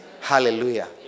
Hallelujah